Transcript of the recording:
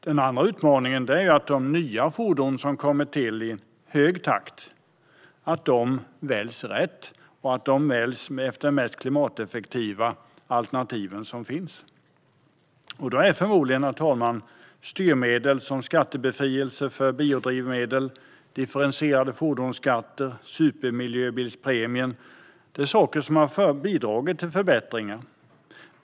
Den andra utmaningen är att de nya fordon som kommer till i hög takt väljs rätt och att de är de mest klimateffektiva alternativ som finns. Då är förmodligen, herr talman, styrmedel som skattebefrielse för biodrivmedel, differentierad fordonsskatt och supermiljöbilspremien saker som har bidragit till förbättringar.